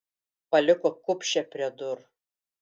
paliko kupšę prie durų